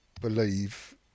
believe